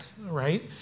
right